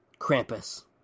Krampus